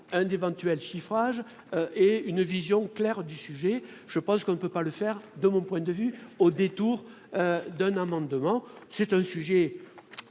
d'éventuels chiffrage et une vision claire du sujet, je pense qu'on ne peut pas le faire, de mon point de vue, au détour d'un amendement, c'est un sujet